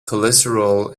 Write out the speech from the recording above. cholesterol